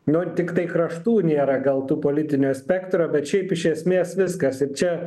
nu tiktai kraštų nėra gal tų politinio spektro bet šiaip iš esmės viskas ir čia